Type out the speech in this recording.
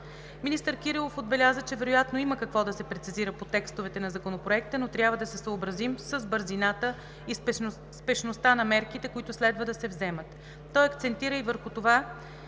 Министър Кирилов отбеляза, че вероятно има какво да се прецизира по текстовете на Законопроекта, но трябва да се съобразим с бързината и спешността на мерките, които следва се вземат. Той акцентира и върху това,